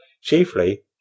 chiefly